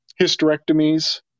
hysterectomies